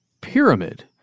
pyramid